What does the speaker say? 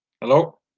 Hello